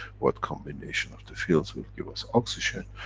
what combination of the fields will give us oxygen?